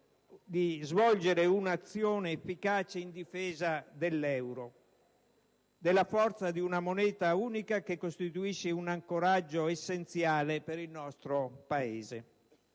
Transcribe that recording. di svolgere un'azione efficace in difesa dell'euro, della forza di una moneta unica che costituisce un ancoraggio essenziale per il nostro Paese.